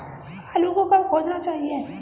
आलू को कब खोदना चाहिए?